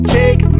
take